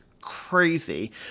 crazy